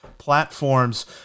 Platforms